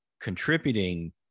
contributing